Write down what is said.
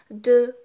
de